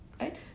Right